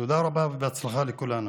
תודה רבה ובהצלחה לכולנו.